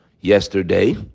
Yesterday